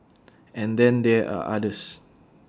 and then there are others